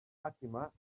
fatima